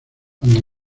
cuando